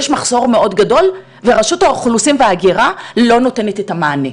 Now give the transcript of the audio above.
יש מחסור מאוד גדול ורשות האוכלוסין וההגירה לא נותנת את המענה,